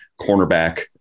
cornerback